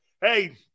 hey